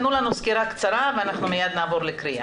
תנו לנו סקירה קצרה ואנחנו מיד נעבור לקריאה.